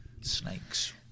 snakes